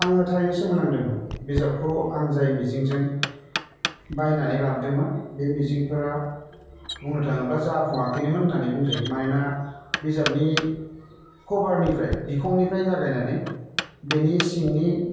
आङो थारैनो सोमोनांदोंमोन बिजाबखौ आं जाय मिजिंजों बायनानै लाबोदोंमोन बे मिजिंफोरा बुंनो थाङोब्ला जाफुङाखैनोमोन होननानै बुंजायो मानोना बिजाबनि कभारनिफ्राय बिखुंनिफ्राय जागायनानै बेनि सिंनि